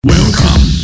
Welcome